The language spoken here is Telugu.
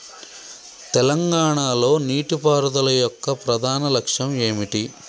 తెలంగాణ లో నీటిపారుదల యొక్క ప్రధాన లక్ష్యం ఏమిటి?